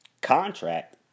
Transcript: contract